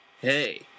Hey